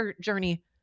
journey